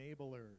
enablers